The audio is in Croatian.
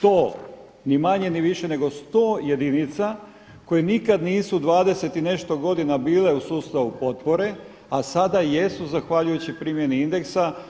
100 jedinica ni manje ni više nego 100 jedinica koje nikada nisu 20 i nešto godina bile u sustavu potpore, a sada jesu zahvaljujući primjeni indeksa.